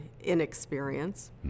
inexperience